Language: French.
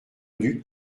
duc